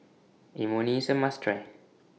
Imoni IS A must Try